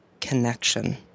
connection